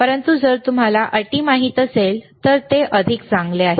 परंतु जर तुम्हाला अटी माहित असतील तर ते अधिक चांगले आहे